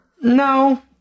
No